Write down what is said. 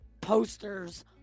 posters